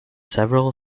several